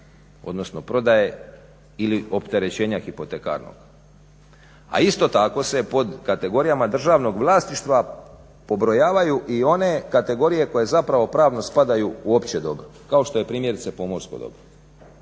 odnosno prodaje ili opterećenja hipotekarnog. A isto tako se pod kategorijama državnog vlasništva pobrojavaju i one kategorije koje zapravo pravno spadaju u opće dobro, kao što je primjerice pomorsko dobro.